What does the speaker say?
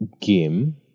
game